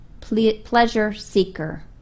pleasure-seeker